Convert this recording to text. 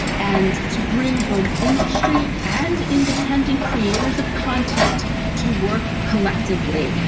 and to bring both industries and independent creators of content to work collectively.